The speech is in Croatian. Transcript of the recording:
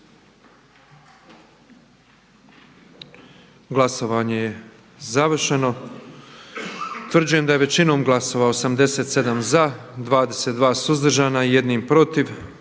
Glasovanje je završeno. Utvrđujem da je većinom glasova, 88 glasova za, 7 suzdržanih i 11 protiv